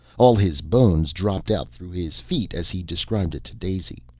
all his bones dropped out through his feet, as he described it to daisy.